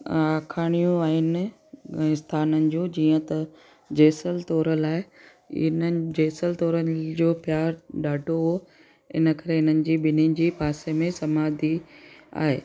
आखाणियूं आहिनि स्थाननि जूं जीअं त जेसल तोरल आहे इन्हनि जेसल तोरल जो प्यार ॾाढो हो इन करे इन्हनि जी बिन्हीनि जी पासे में समाधी आहे